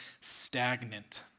stagnant